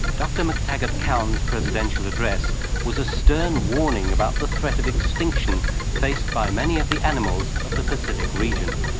dr mctaggart-cowan's presidential address was a stern warning about the threat of extinction faced by many of the animals of the pacific region.